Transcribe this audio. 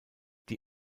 die